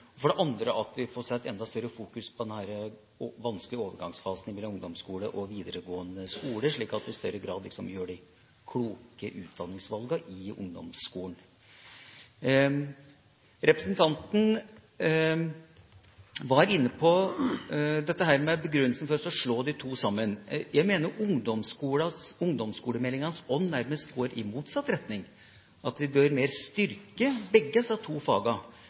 og for det andre at vi får satt enda større fokus på den vanskelige overgangsfasen mellom ungdomsskole og videregående skole, slik at en i større grad gjør de kloke utdanningsvalgene i ungdomsskolen. Representanten var inne på begrunnelsen for å slå de to fagene sammen. Jeg mener at ungdomsskolemeldingas ånd nærmest går i motsatt retning – at vi mer bør styrke begge disse fagene, for det er jo virkelig to